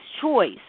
choice